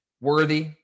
worthy